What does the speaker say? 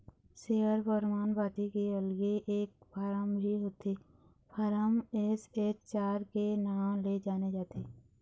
share परमान पाती के अलगे एक फारम भी होथे फारम एस.एच चार के नांव ले जाने जाथे